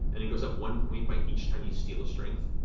and it goes up one point by each time you steal a strength.